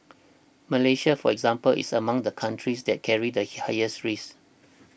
Malaysia for example is among the countries that carry the highest risk